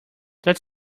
that